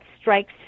strikes